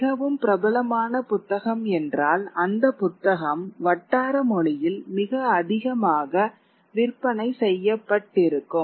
மிகவும் பிரபலமான புத்தகம் என்றால் அந்த புத்தகம் வட்டார மொழியில் மிக அதிகமாக விற்பனை செய்யப்பட்டிருக்கும்